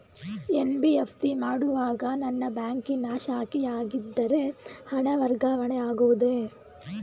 NBFC ಮಾಡುವಾಗ ನನ್ನ ಬ್ಯಾಂಕಿನ ಶಾಖೆಯಾಗಿದ್ದರೆ ಹಣ ವರ್ಗಾವಣೆ ಆಗುವುದೇ?